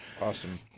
awesome